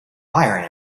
fire